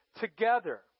together